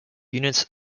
units